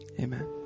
Amen